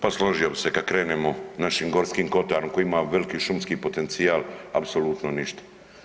Pa složio bi se, kad krenemo našim Gorskim kotarom koji ima veliki šumski potencijal, apsolutno ništa.